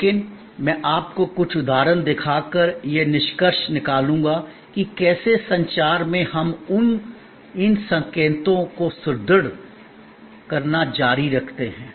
लेकिन आज मैं आपको कुछ उदाहरण दिखा कर यह निष्कर्ष निकालूंगा कि कैसे संचार में हम इन संकेतों को सुदृढ़ करना जारी रखते हैं